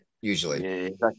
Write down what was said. usually